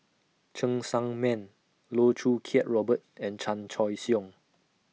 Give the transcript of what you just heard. Cheng Tsang Man Loh Choo Kiat Robert and Chan Choy Siong